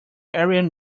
ariane